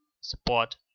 support